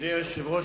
אדוני היושב-ראש,